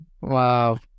Wow